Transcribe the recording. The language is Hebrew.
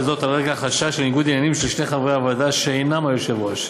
וזאת על רקע החשש לניגוד עניינים של שני חברי הוועדה שאינם היושב-ראש.